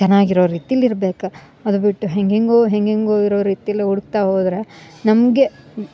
ಚೆನ್ನಾಗಿರೋ ರೀತಿಲಿ ಇರ್ಬೇಕು ಅದು ಬಿಟ್ಟು ಹೆಂಗೆಂಗೋ ಹೆಂಗೆಂಗೋ ಇರೋ ರೀತೀಲಿ ಹುಡ್ಕ್ತಾ ಹೋದರೆ ನಮಗೆ